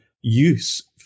use